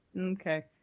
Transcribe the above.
okay